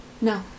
no